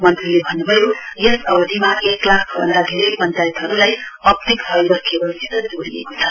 मन्त्रीले भन्न् भयो यस अवधिमा एक लाख भन्दा धेरै पञ्चायतहरूलाई आपटिक फाइबर केबलसित जोडिएको छ